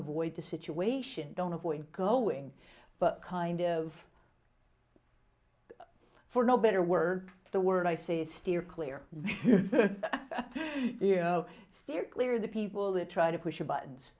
avoid the situation don't avoid glowing but kind of for no better word the word i say is steer clear steer clear of the people that try to push your buttons